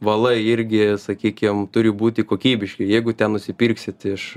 valai irgi sakykim turi būti kokybiški jeigu ten nusipirksit iš